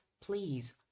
please